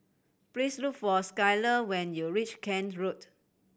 please look for Skyler when you reach Kent Road